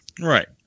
right